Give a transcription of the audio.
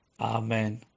Amen